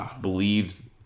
believes